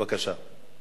בבקשה.